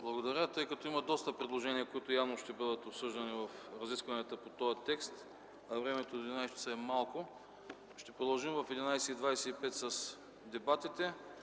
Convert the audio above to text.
Благодаря. Тъй като има доста предложения, които явно ще бъдат обсъждани в разискванията по тоя текст, а времето до 11,00 ч. е малко, ще продължим в 11,25 ч. с дебатите.